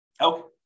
Okay